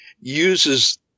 uses